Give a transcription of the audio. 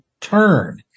turn